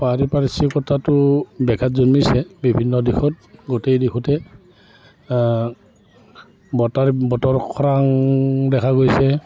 পাৰিপাৰ্শ্বিকতাটো ব্যাঘাত জন্মিছে বিভিন্ন দিশত গোটেই দিশতে বতাৰ বতৰ খৰাং দেখা গৈছে